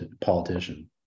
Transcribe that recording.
politician